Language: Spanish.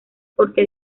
porque